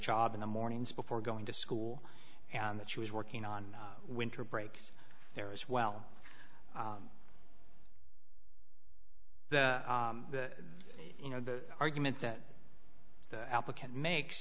job in the mornings before going to school and that she was working on winter break there as well the you know the argument that the applicant makes